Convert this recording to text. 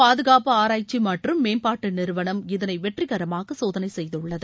பாதுகாப்பு ஆராய்ச்சி மற்றும் மேம்பாட்டு நிறுவனம் இதனை வெற்றிகரமாக சோதனை இந்த செய்துள்ளது